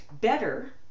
Better